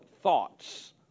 thoughts